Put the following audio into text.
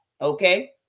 okay